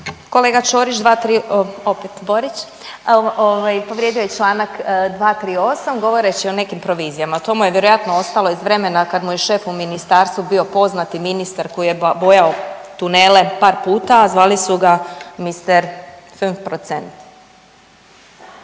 Kolega Ćorić, 23…, opet Borić, ovaj povrijedio je čl. 238. govoreći o nekim provizijama. To mu je vjerojatno ostalo iz vremena kad mu je šef u ministarstvu bio poznati ministar koji je bojao tunele par puta, a zvali su ga Mister